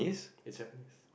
it's happiness